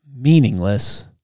meaningless